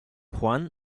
juan